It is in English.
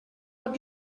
what